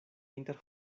inter